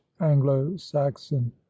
anglo-saxon